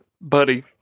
buddy